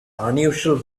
unusual